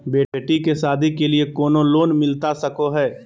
बेटी के सादी के लिए कोनो लोन मिलता सको है?